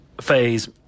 phase